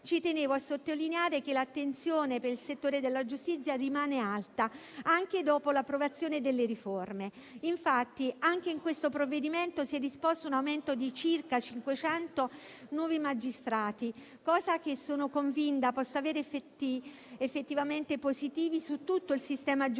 ci tenevo a sottolineare che l'attenzione per il settore della giustizia rimane alta anche dopo l'approvazione delle riforme. Infatti anche nel provvedimento che stiamo discutendo si è disposto un aumento di circa 500 nuovi magistrati; una misura che sono convinta possa avere effetti positivi su tutto il sistema giudiziario